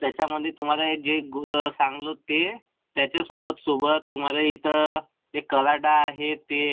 त्याच्यामध्ये जे तुम्हाला सांगतो ते त्याच्या सोबत सोबत तुम्हाला इथं एक कलाडा आहे ते